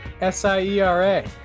S-I-E-R-A